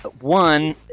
One